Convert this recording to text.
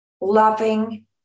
loving